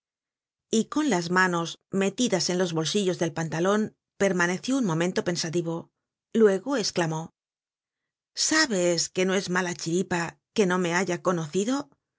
y con las manos metidas en los bolsillos del pantalon permaneció un momento pensativo luego esclamó sabes que no es mala chiripa que no me haya conocido